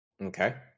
Okay